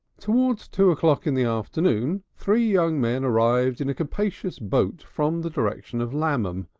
towards two o'clock in the afternoon three young men arrived in a capacious boat from the direction of lammam,